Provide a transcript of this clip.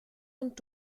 und